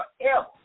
forever